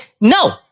no